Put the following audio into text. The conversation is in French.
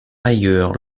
ailleurs